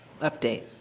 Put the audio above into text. update